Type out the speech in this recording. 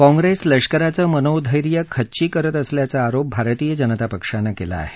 काँग्रेस लष्कराचं मनोधैर्य खच्ची करत असल्याचा आरोप भारतीय जनता पक्षानं केला आहे